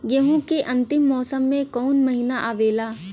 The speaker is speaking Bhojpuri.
गेहूँ के अंतिम मौसम में कऊन महिना आवेला?